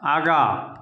आगाँ